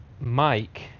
Mike